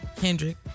Kendrick